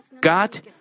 God